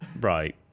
Right